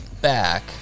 back